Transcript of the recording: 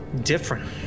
different